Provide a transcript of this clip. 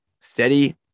steady